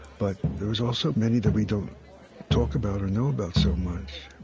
but there was also many that we don't talk about or know about so much.